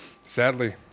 Sadly